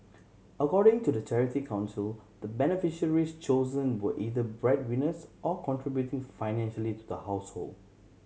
according to the Charity Council the beneficiaries chosen were either bread winners or contributing financially to the household